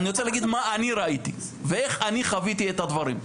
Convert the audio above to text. אני רוצה להגיד מה אני ראיתי ואיך אני חוויתי את הדברים.